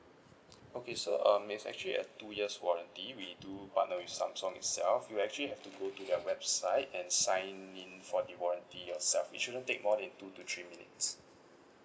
okay so um it's actually a two years warranty we do partner with samsung itself you actually have to go to your website and sign in for the warranty yourself it shouldn't take more than two to three minutes